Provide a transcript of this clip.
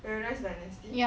paradise dynasty